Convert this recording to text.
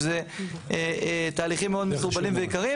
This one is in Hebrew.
שזה תהליכים מאוד מסורבלים ויקרים,